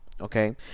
okay